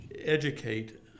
educate